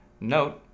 note